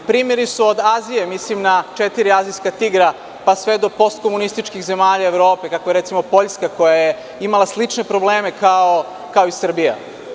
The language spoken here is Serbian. Primeri su od Azije, mislim na četiri azijska tigra, pa sve do postkomunističkih zemalja Evrope gde je recimo Poljska koja je imala slične probleme kao i Srbija.